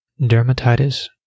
Dermatitis